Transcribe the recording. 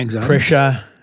pressure